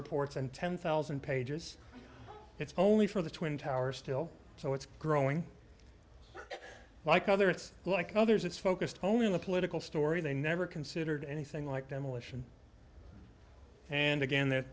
ports and ten thousand pages it's only for the twin towers still so it's growing like other it's like others it's focused only on the political story they never considered anything like demolition and again th